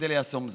ליישם זאת.